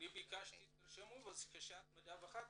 ביקשתי שתרשמו ותעני כשאת מדווחת.